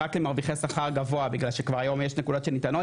זה רק למרוויחי שכר גבוה בגלל שכבר היום יש נקודות שניתנות,